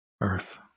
earth